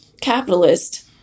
capitalist